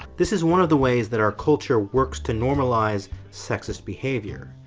this is one of the ways that our culture works to normalize sexist behavior.